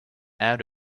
out